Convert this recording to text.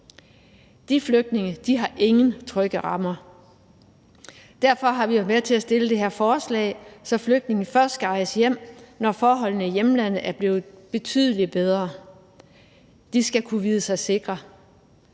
De flygtninge har ingen trygge rammer. Derfor har vi været med til at fremsætte det her forslag, så flygtninge først skal rejse hjem, når forholdene i hjemlandet er blevet betydelig bedre; de skal kunne vide sig sikre.